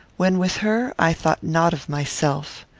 when with her, i thought not of myself.